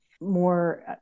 more